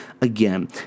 Again